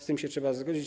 Z tym się trzeba zgodzić.